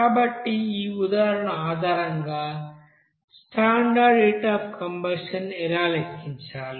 కాబట్టి ఈ ఉదాహరణ ఆధారంగా స్టాండర్డ్ హీట్ అఫ్ కంబషన్ ఎలా లెక్కించాలి